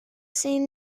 seen